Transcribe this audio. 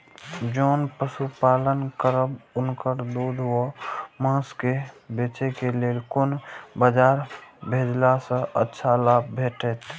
जोन पशु पालन करब उनकर दूध व माँस के बेचे के लेल कोन बाजार भेजला सँ अच्छा लाभ भेटैत?